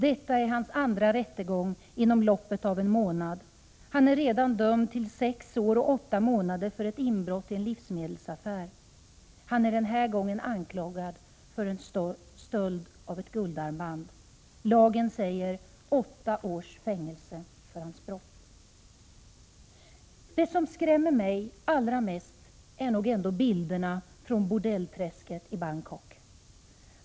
Detta är hans andra rättegång inom loppet av en månad. Han är redan dömd till sex år och åtta månader för inbrott i en livsmedelsaffär. Han är denna gång anklagad för stöld av ett guldarmband. Lagen säger åtta års fängelse för hans brott.” Det som skrämmer mig allra mest är nog ändå bilderna från bordellträsket i Bangkok.